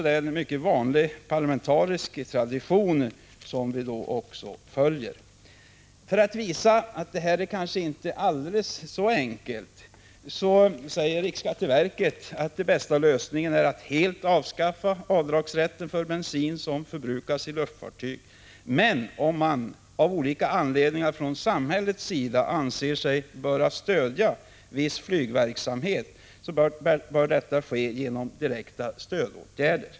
Det är en mycket vanlig parlamentarisk tradition som vi då följer. För att visa att detta kanske inte är alldeles så enkelt säger riksskatteverket att den bästa lösningen är att helt avskaffa avdragsrätten för bensin som förbrukas av luftfartyg. Men om man av olika anledningar från samhällets sida anser sig böra stödja viss flygverksamhet, bör detta ske genom direkta stödåtgärder.